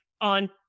on